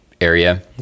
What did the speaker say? area